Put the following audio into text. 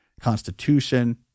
constitution